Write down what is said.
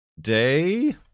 Day